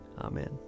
Amen